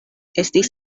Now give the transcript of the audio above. estis